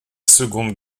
seconde